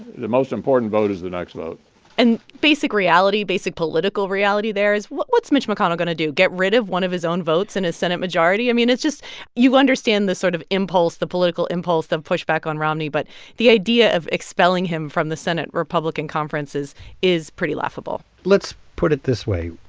the most important vote is the next vote and basic reality basic political reality there is, what's mitch mcconnell going to do get rid of one of his own votes in his senate majority? i mean, it's just you understand the sort of impulse the political impulse of pushback on romney. but the idea of expelling him from the senate republican republican conferences is pretty laughable let's put it this way.